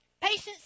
Patience